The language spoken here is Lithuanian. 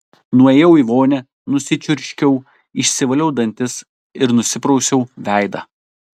nuėjau į vonią nusičiurškiau išsivaliau dantis ir nusiprausiau veidą